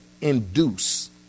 induce